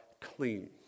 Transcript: clean